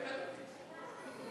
כן,